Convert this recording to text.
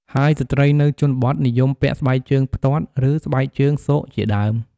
ហើយស្រ្តីនៅជនបទនិយមពាក់ស្បែកជើងផ្ទាត់ ឬស្បែកជើងស៊កជាដើម។